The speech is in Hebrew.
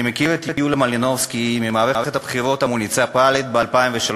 אני מכיר את יוליה מלינובסקי ממערכת הבחירות המוניציפלית ב-2003.